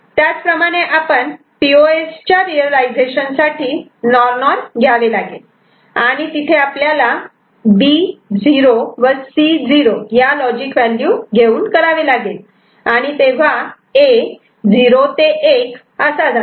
त्याचप्रमाणे आपण P O S च्या रियलायझेशन साठी नॉर नॉर घ्यावे लागेल आणि तिथे आपल्याला B 0 व C 0 या लॉजिक व्हॅल्यू घेऊन करावे लागेल आणि तेव्हा A '0 ते 1' असा जातो